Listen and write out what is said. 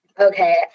Okay